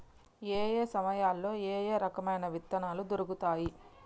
ఏయే సమయాల్లో ఏయే రకమైన విత్తనాలు దొరుకుతాయి?